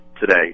today